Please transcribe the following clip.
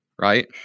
right